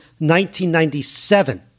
1997